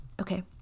Okay